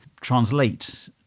translate